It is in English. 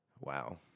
Wow